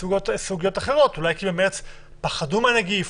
אולי במרץ פחדו מהנגיף,